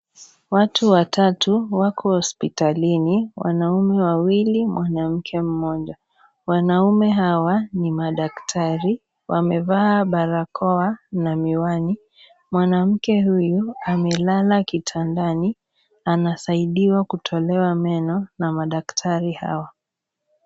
Watu watatu wako hospitalini, wanaume wawili mwanamke mmoja. Wanaume hawa ni madaktari wamevaa barakoa na miwani. Mwanamke huyu amelala kitandani anasaidiwa kutolewa meno na madaktari hawa.